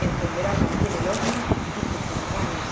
encenderá también el horno y cocerá panes